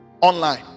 Online